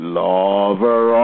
lover